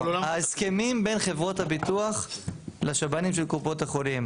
ההסכמים בין חברות הביטוח לשב"נים של קופות החולים.